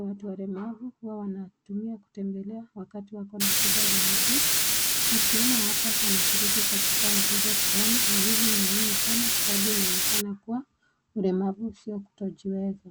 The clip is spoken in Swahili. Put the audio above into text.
watu walemavu huwa wanatumia kutembelea wakati wako na shida za miguu na tunaona hapa wanashiriki katika mchezo fulani na hii ni ngumu sana kwa sababu inaonyeshana kuwa ulemavu sio kutojiweka.